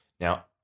Now